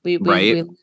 right